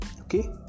okay